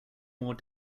more